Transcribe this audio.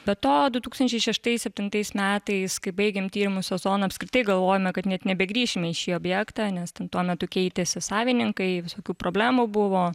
be to du tūkstančiai šeštais septintais metais kai baigėm tyrimų sezoną apskritai galvojome kad net nebegrįšime į šį objektą nes ten tuo metu keitėsi savininkai visokių problemų buvo